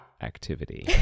activity